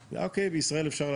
בכמה אפשר למכור בצרפת,